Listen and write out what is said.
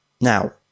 Now